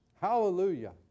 Hallelujah